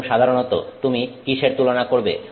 এবং সাধারণত তুমি কিসের তুলনা করবে